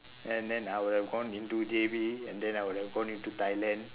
and then I would have gone into J_B and then I would have gone into thailand